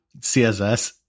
CSS